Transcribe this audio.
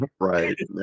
Right